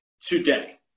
today